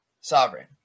sovereign